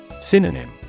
Synonym